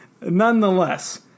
nonetheless